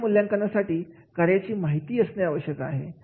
अशा मूल्यांकनासाठी कार्याची माहिती असणे आवश्यक आहे